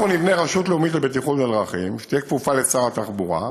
אנחנו נבנה רשות לאומית לבטיחות בדרכים שתהיה כפופה לשר התחבורה,